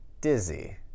Dizzy